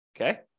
Okay